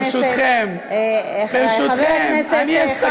ברשותכם, אני אסכם.